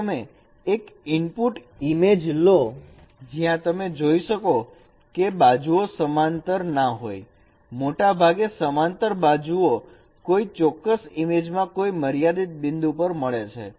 જો તમે એક ઇનપુટ ઇમેજ લો જ્યાં તમે જોઈ શકો કે બાજુઓ સમાંતર ના હોય મોટા ભાગે સમાંતર બાજુ ઓ કોઈ ચોક્કસ ઈમેજમાં કોઈ મર્યાદિત બિંદુ પર મળે છે